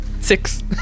Six